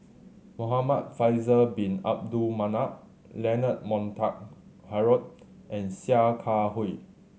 Muhamad Faisal Bin Abdul Manap Leonard Montague Harrod and Sia Kah Hui